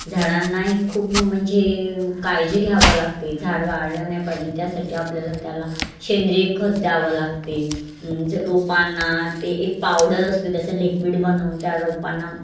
झाडांनाही खूप म्हणजे काळजी घ्यावं लागते झाड वाळलं नाही पाहिजे त्यासाठी आपल्याला त्याला सेंद्रिय खत द्यावं लागते रोपांना ते एक पावडर असते त्याचं लिक्विड बनवून त्या रोपांना